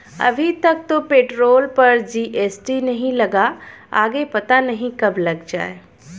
अभी तक तो पेट्रोल पर जी.एस.टी नहीं लगा, आगे पता नहीं कब लग जाएं